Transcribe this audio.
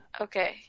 Okay